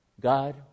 God